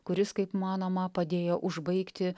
kuris kaip manoma padėjo užbaigti